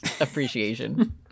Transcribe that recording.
appreciation